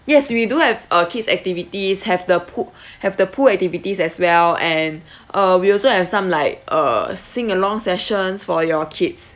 yes we do have uh kids activities have the poo~ have the pool activities as well and uh we also have some like uh sing along sessions for your kids